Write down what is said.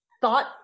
thought